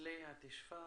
בכסלו התשפ"א,